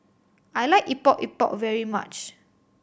I like Epok Epok very much